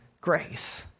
grace